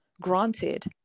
granted